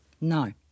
No